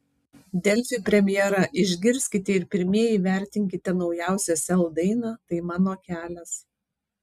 delfi premjera išgirskite ir pirmieji įvertinkite naujausią sel dainą tai mano kelias